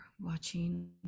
watching